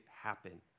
happen